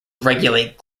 regulate